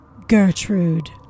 Gertrude